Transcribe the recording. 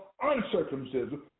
uncircumcision